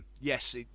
Yes